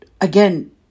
again